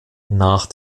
nach